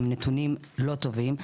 הם נתונים לא טובים.